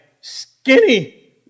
skinny